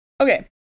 Okay